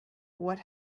what